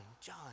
john